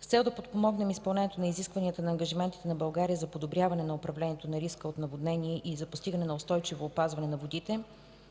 С цел да подпомогнем изпълнението на ангажиментите на България за подобряване на управлението на риска от наводнения и за постигане на устойчиво опазване на водите,